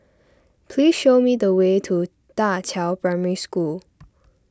please show me the way to Da Qiao Primary School